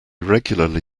regularly